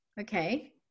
Okay